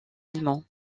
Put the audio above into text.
allemands